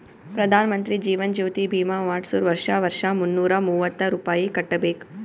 ಪ್ರಧಾನ್ ಮಂತ್ರಿ ಜೀವನ್ ಜ್ಯೋತಿ ಭೀಮಾ ಮಾಡ್ಸುರ್ ವರ್ಷಾ ವರ್ಷಾ ಮುನ್ನೂರ ಮೂವತ್ತ ರುಪಾಯಿ ಕಟ್ಬಬೇಕ್